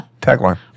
tagline